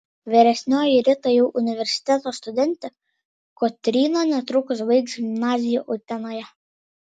vyresnioji rita jau universiteto studentė kotryna netrukus baigs gimnaziją utenoje